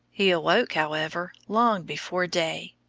he awoke, however, long before day.